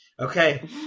Okay